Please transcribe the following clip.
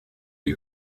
you